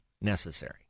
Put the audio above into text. necessary